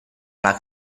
alla